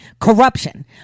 Corruption